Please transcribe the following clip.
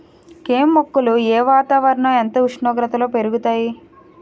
కెమ్ మొక్కలు ఏ వాతావరణం ఎంత ఉష్ణోగ్రతలో పెరుగుతాయి?